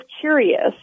curious